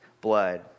blood